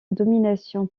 domination